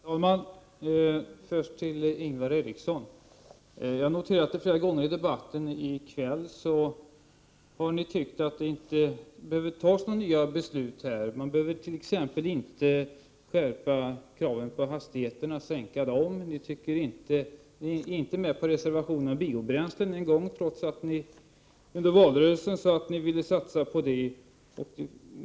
Herr talman! Jag noterar, Ingvar Eriksson, att ni flera gånger i debatten i kväll sagt att det inte behöver fattas några nya beslut, vi behöver t.ex. inte sänka hastigheterna. Ni är inte ens med på reservationen om biobränslen trots att ni i valrörelsen sade att ni vill satsa på biobränslen.